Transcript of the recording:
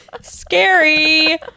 Scary